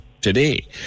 today